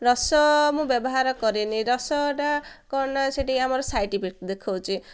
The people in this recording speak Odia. ରସ ମୁଁ ବ୍ୟବହାର କରେନି ରସଟା କ'ଣ ନା ସେଠିକି ଆମର ସାଇଡ୍ ଇଫେକ୍ଟ ଦେଖଉଛି